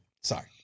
Sorry